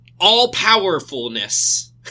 all-powerfulness